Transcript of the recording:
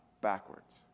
backwards